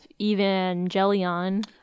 Evangelion